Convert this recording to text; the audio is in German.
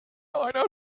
einer